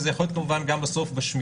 וזה יכול להיות כמובן גם בסוף בשמירה,